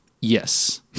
Yes